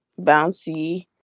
Bouncy